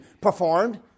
performed